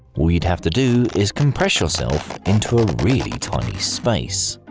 all you'd have to do is compress yourself into a really tiny space,